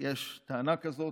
כי יש טענה כזאת,